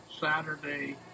Saturday